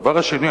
הדבר השני,